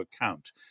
account